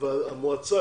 המועצה